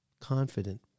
confident